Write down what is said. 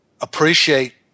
appreciate